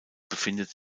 befindet